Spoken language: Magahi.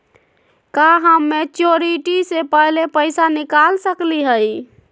का हम मैच्योरिटी से पहले पैसा निकाल सकली हई?